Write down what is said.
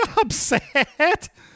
upset